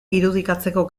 irudikatzeko